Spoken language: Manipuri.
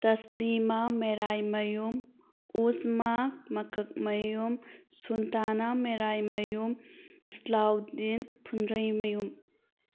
ꯇꯁꯂꯤꯃꯥ ꯃꯦꯔꯥꯏꯃꯌꯨꯝ ꯎꯁꯃꯥ ꯃꯀꯛ ꯃꯌꯨꯝ ꯁꯨꯜꯇꯥꯅꯥ ꯃꯦꯔꯥꯏꯃꯌꯨꯝ ꯏꯁꯂꯥꯎꯗꯤꯟ ꯐꯨꯟꯗ꯭ꯔꯩꯃꯌꯨꯝ